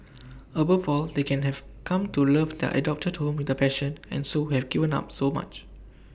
above all they can have come to love their adopted home with A passion and so have given up so much